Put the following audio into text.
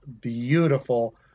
beautiful